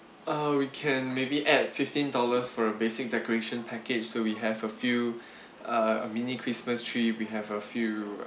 uh we can maybe add fifteen dollars for a basic decoration package so we have a few uh mini christmas tree we have a few